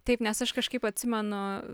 taip nes aš kažkaip atsimenu